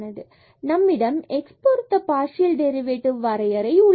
எனவே நம்மிடம் x பொருத்த பார்சியல் டெரிவேட்டிவ் வரையறை உள்ளது